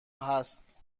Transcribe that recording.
هست